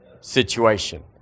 situation